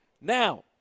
Now